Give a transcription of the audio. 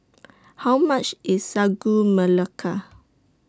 How much IS Sagu Melaka